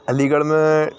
علی گڑھ میں